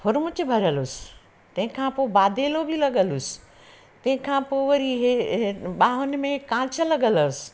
हुरमूच भरियलु हुअसि तंहिंखां पोइ बादेलो बि लॻल हुअसि तंहिंखां पोइ वरी इहे इहे ॿांहुनि में कांच लॻल हुअसि